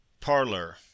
Parlor